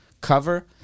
cover